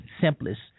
simplest